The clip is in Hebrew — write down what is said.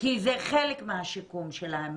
כי זה חלק מהשיקום שלהם.